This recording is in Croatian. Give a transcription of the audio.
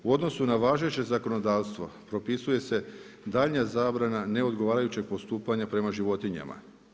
U odnosu na važeće zakonodavstvo, propisuje se daljnja zabrana neodgovarajućeg postupanja prema životinjama.